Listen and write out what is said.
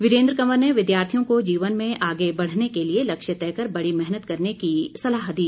वीरेन्द्र कंवर ने विद्यार्थियों को जीवन में आगे बढ़ने के लिए लक्ष्य तय कर बड़ी मेहनत करने की सलाह दी